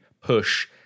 push